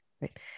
right